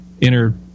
inner